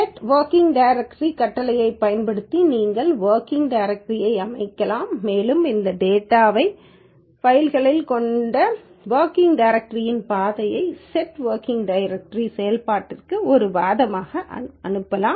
set working directory கட்டளையைப் பயன்படுத்தி நீங்கள் வொர்கிங் டைரக்டரியை அமைக்கலாம் மேலும் இந்த டேட்டாக் ஃபைலைக் கொண்ட வொர்கிங் டைரக்டரின் பாதையை செட் வொர்க்கிங் டைரக்டரி செயல்பாட்டிற்கு ஒரு வாதமாக அனுப்பலாம்